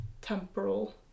temporal